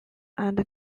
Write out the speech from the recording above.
and